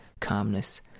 calmness